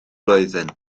blwyddyn